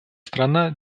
страна